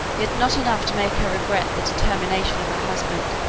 yet not enough to make her regret the determination of her husband.